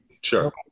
Sure